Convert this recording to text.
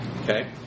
Okay